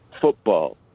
football